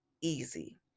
easy